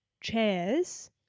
chairs